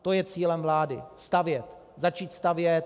To je cílem vlády stavět, začít stavět.